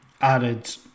added